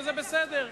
וזה בסדר,